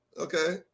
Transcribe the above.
okay